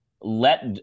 let